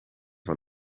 van